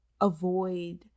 avoid